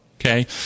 Okay